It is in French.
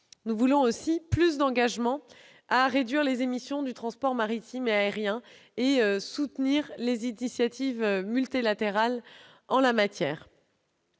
Nous encourageons ensuite les engagements à réduire les émissions du transport maritime et aérien et soutenons les initiatives multilatérales en la matière.